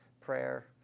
prayer